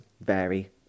vary